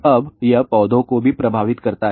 अब यह पौधों को भी प्रभावित करता है